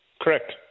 correct